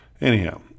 Anyhow